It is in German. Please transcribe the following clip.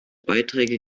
beiträge